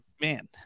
man